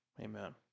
amen